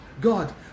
God